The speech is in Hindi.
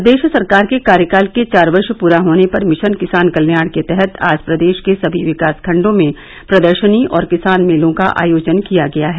प्रदेश सरकार के कार्यकाल के चार वर्ष पूरा होने पर मिशन किसान कल्याण के तहत आज प्रदेश के सभी विकास खंडों में प्रदर्शनी और किसान मेलों का आयोजन किया गया है